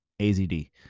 AZD